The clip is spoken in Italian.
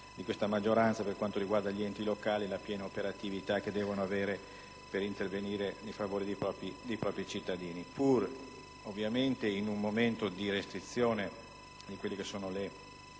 e della maggioranza per quanto riguarda gli enti locali e la piena operatività che devono avere per intervenire in favore dei propri cittadini, pur ovviamente in un momento di restrizione delle capacità